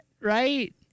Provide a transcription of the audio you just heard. right